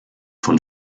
von